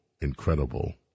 incredible